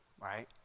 right